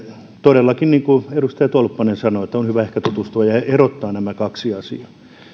todellakin niin kuin edustaja tolppanen sanoi on hyvä ehkä tutustua tähän ja erottaa nämä kaksi asiaa